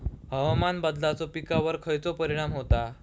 हवामान बदलाचो पिकावर खयचो परिणाम होता?